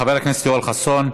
חבר הכנסת יואל חסון,